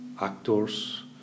actors